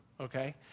okay